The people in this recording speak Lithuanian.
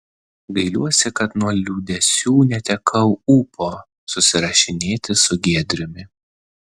gailiuosi kad nuo liūdesių netekau ūpo susirašinėti su giedriumi